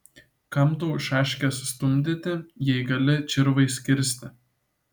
kam tau šaškes stumdyti jei gali čirvais kirsti